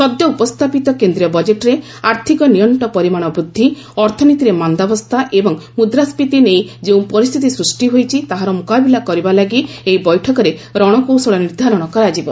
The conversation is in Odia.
ସଦ୍ୟ ଉପସ୍ତାପିତ କେନ୍ଦ୍ରୀୟ ବଜେଟ୍ରେ ଆର୍ଥକ ନିଅର୍ଚ୍ଚ ପରିମାଣ ବୃଦ୍ଧି ଅର୍ଥନୀତିରେ ମାନ୍ଦାବସ୍ଥା ଏବଂ ମୁଦ୍ରାସିତୀ ଘେନି ଯେଉଁ ପରିସ୍ଥିତି ସୃଷ୍ଟି ହୋଇଛି ତାହାର ମୁକାବିଲା କରିବା ଲାଗି ଏହି ବୈଠକରେ ରଣକୌଶଳ ନିର୍ଦ୍ଧାରଣ କରାଯିବ